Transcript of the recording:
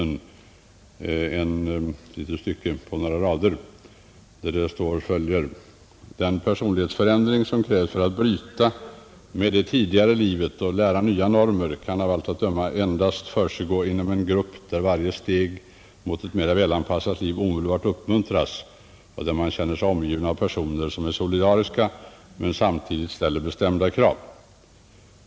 Jag ber att få citera några rader ur motionen: ”Den personlighetsförändring, som krävs för att bryta med det tidigare livet och lära nya normer, kan av allt att döma endast försiggå inom en grupp, där varje steg mot ett mera välanpassat liv omedelbart uppmuntras och där man känner sig omgiven av personer, som är solidariska men samtidigt ställer bestämda krav.